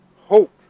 hope